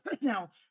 Now